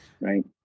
right